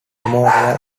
memorial